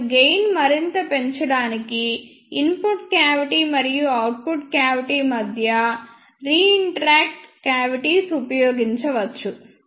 మరియు గెయిన్ మరింత పెంచడానికి ఇన్పుట్ క్యావిటి మరియు అవుట్పుట్ క్యావిటి మధ్య రీయంట్రన్ట్ క్యావిటీలను ఉపయోగించవచ్చు